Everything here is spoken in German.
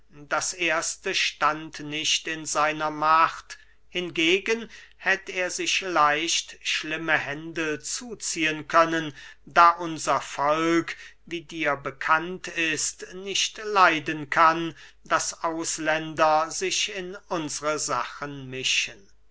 das erste stand nicht in seiner macht hingegen hätt er sich leicht schlimme händel zuziehen können da unser volk wie dir bekannt ist nicht leiden kann daß ausländer sich in unsre sachen mischen